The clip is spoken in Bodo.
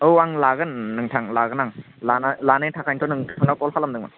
औ आं लागोन नोंथां लागोन आं लानो थाखायनथ' नोंथांनाव कल खालामदोंमोन